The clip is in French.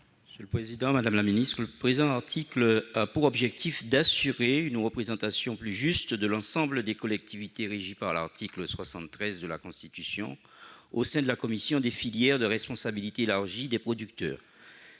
est à M. Dominique Théophile. Le présent article a pour objectif d'assurer une représentation plus juste de l'ensemble des collectivités régies par l'article 73 de la Constitution au sein de la commission des filières de responsabilité élargie des producteurs.